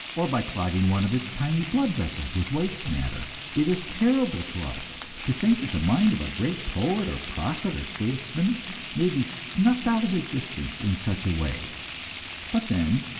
or by clogging one of its tiny blood vessels with waste matter. it is terrible to us to think that the mind of a great poet or prophet or statesman may be snuffed out of existence in such a way but then,